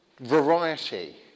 variety